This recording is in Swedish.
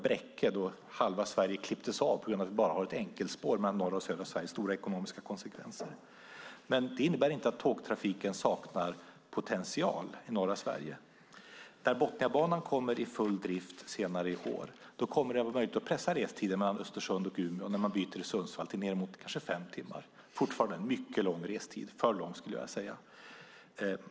Då klipptes halva Sverige av på grund av att det bara är enkelspår mellan norra och södra Sverige. Det fick stora ekonomiska konsekvenser. Det innebär inte att tågtrafiken saknar potential i norra Sverige. När Botniabanan kommer i full drift senare i år blir det möjligt att pressa restiden mellan Östersund och Umeå, då man byter i Sundsvall, till ned mot fem timmar. Det är fortfarande mycket lång restid - för lång, skulle jag vilja säga.